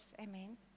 amen